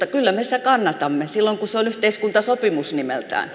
kyllä me sitä kannatamme silloin kun se on yhteiskuntasopimus nimeltään